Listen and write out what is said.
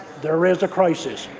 there is a crisis.